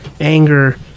anger